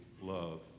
love